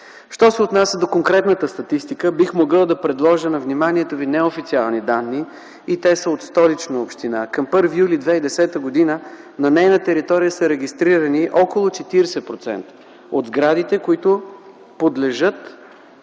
Що се отнася до конкретната статистика, бих могъл да предложа на вниманието ви неофициални данни, и те са от Столична община. Към 1 юли 2010 г. на нейна територия са регистрирани около 40% от сградите, които подлежат,